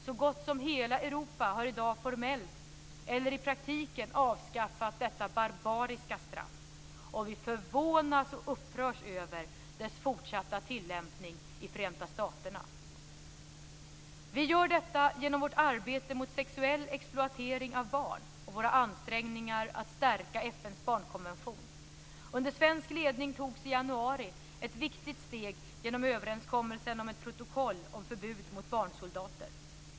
Så gott som hela Europa har i dag formellt eller i praktiken avskaffat detta barbariska straff, och vi förvånas och upprörs över dess fortsatta tillämpning i Förenta staterna. Vi gör detta genom vårt arbete mot sexuell exploatering av barn och våra ansträngningar att stärka FN:s barnkonvention. Under svensk ledning togs i januari ett viktigt steg genom överenskommelsen om ett protokoll om förbud mot barnsoldater.